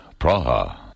Praha